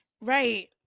right